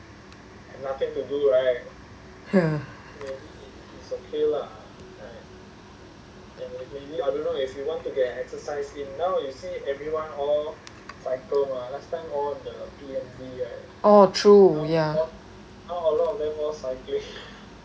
ya oh true ya